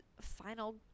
final